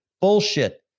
Bullshit